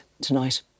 tonight